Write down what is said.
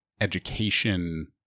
education